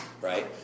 right